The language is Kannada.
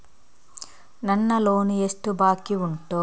ನನ್ನ ಲೋನ್ ಎಷ್ಟು ಬಾಕಿ ಉಂಟು?